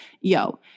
yo